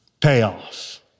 Payoff